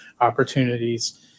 opportunities